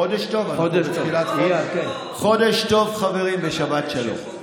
חודש טוב, חברים, ושבת שלום.